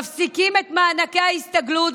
מפסיקים את מענקי ההסתגלות,